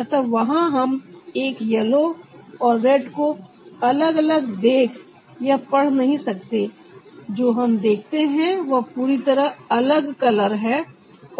अतः वहां हम एक येलो और रेड को अलग अलग देख या पढ़ नहीं सकते जो हम देखते हैं वह पूरी तरह अलग कलर है